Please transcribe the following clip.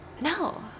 No